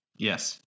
Yes